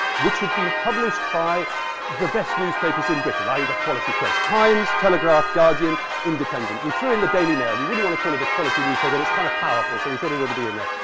which had been published by the best newspapers in britain, i e, the quality press. times, telegraph, guardian, independent. we threw in the daily mail. you wouldn't want to call it a quality newspaper, but it's kind of powerful, so we thought it ought to be in there.